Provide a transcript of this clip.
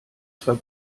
zwar